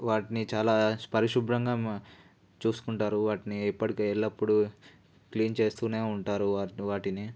వాటిని చాలా పరిశుభ్రంగా చూసుకుంటారు వాటిని ఎప్పటికీ ఎల్లప్పుడూ క్లీన్ చేస్తూనే ఉంటారు వాటిని